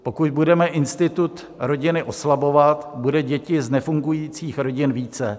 Pokud budeme institut rodiny oslabovat, bude dětí z nefungujících rodin více.